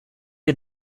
ihr